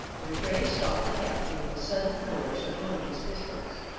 rattray stopped the captain with a sudden flourish of one of his pistols,